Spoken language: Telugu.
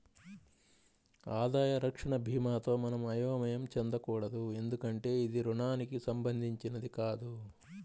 ఆదాయ రక్షణ భీమాతో మనం అయోమయం చెందకూడదు ఎందుకంటే ఇది రుణానికి సంబంధించినది కాదు